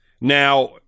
Now